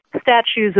statues